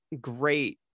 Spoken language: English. great